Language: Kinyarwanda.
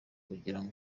kugira